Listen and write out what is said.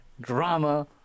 drama